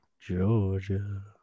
Georgia